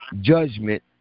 judgment